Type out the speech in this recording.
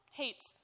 hates